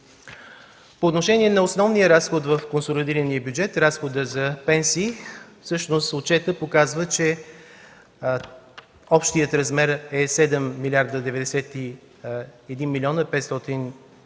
По отношение на основния разход в консолидирания бюджет – разходът за пенсии, всъщност отчетът показва, че общият размер е 7 млрд. 91 млн. 518 хил.